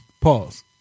Pause